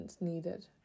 needed